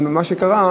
אבל מה שקרה,